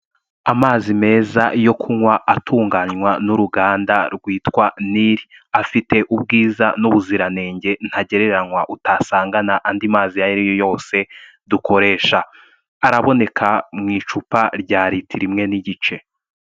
Amazi meza yo kunywa atunganywa n'uruganda rwitwa Nili afite ubwiza n'ubuziranenge ntagereranywa utasanga andi mazi ayo ari yo yose dukoresha araboneka mu icupa rya litiro imwe n'igice.